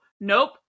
nope